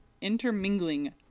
intermingling